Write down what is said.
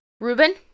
Reuben